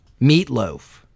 Meatloaf